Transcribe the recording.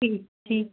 ठीकु ठीकु